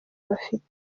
bafite